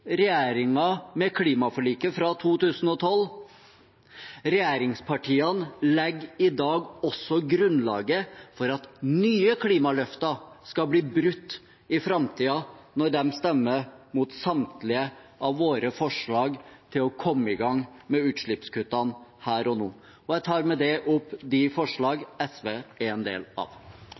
med klimaforliket fra 2012, regjeringspartiene legger i dag også grunnlaget for at nye klimaløfter skal bli brutt i framtiden, når de stemmer mot samtlige av våre forslag til å komme i gang med utslippskuttene her og nå. Jeg tar med det opp de resterende forslag som SV